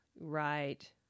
Right